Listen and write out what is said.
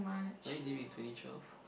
why are you living in twenty twelve